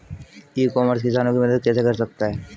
ई commerce किसानों की मदद कैसे कर सकता है?